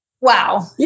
Wow